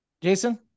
Jason